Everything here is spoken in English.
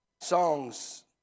songs